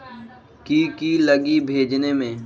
की की लगी भेजने में?